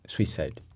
Suicide